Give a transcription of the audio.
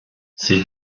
ces